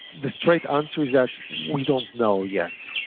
the straight answer is that we don't know yet.